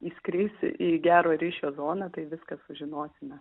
įskris į gerą ryšio zoną tai viską sužinosime